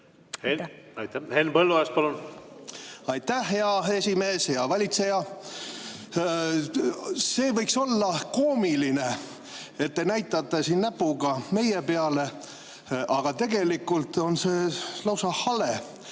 Aitäh, hea esimees! Hea valitseja! See võiks olla koomiline, et te näitate siin näpuga meie peale, aga tegelikult on see lausa hale.